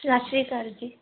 ਸਤਿ ਸ਼੍ਰੀ ਅਕਾਲ ਜੀ